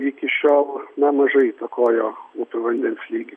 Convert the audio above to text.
iki šiol nemažai įtakojo upių vandens lygį